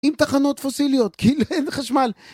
עם תחנות פוסיליות כאילו אין חשמל